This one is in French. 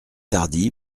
tardy